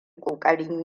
ƙoƙarin